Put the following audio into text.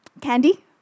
Candy